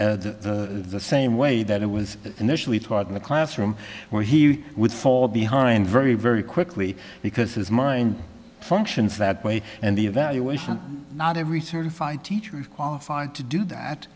taught the same way that it was initially taught in the classroom where he would fall behind very very quickly because his mind functions that way and the evaluation not every certified teacher qualified to do that